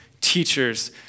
teachers